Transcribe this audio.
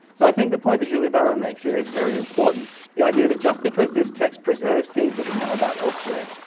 so i think the point that julie barrau makes here is very important the idea that just because this text preserves things that we know about elsewhere,